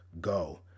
go